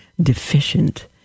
deficient